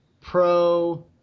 Pro